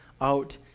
Out